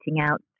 out